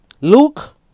Luke